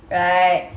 right